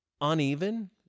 uneven